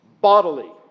bodily